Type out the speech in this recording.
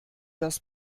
das